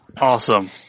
Awesome